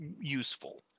useful